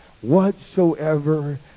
Whatsoever